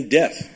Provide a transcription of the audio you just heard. death